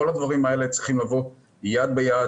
כל הדברים האלה צריכים לבוא יד ביד